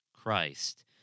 Christ